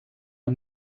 are